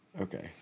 Okay